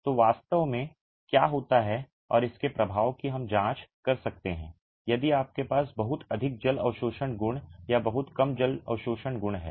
तो वास्तव में क्या होता है और इसके प्रभाव की हम जांच कर सकते हैं यदि आपके पास बहुत अधिक जल अवशोषण गुण या बहुत कम जल अवशोषण गुण हैं